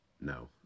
No